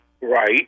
Right